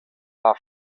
war